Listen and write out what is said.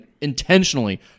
intentionally